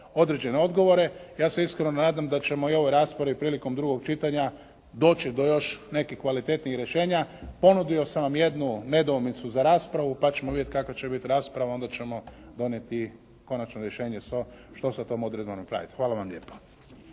određene odgovore. Ja se iskreno nadam da ćemo i u ovoj raspravi prilikom drugog čitanja doći do još nekih kvalitetnih rješenja. Ponudio sam vam jednu nedoumicu za raspravu pa ćemo vidjeti kakva će biti rasprava onda ćemo donijeti i konačno rješenje što sa tom odredbom napraviti. Hvala vam lijepo.